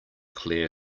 clear